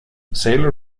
sailor